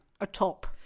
atop